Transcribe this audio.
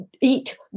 eat